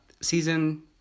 Season